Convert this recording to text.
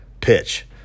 pitch